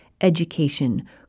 education